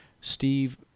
Steve